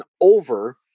over